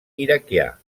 iraquià